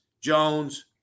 jones